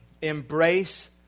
Embrace